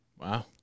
Wow